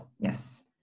yes